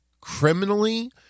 criminally